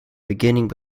beginning